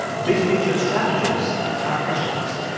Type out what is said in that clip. big picture strategists are hedgehogs.